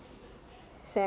who is that